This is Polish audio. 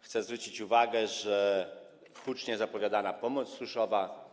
Chcę zwrócić uwagę, że hucznie zapowiadana pomoc suszowa,